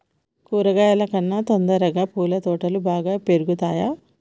కూరగాయల కన్నా తొందరగా పూల తోటలు బాగా పెరుగుతయా?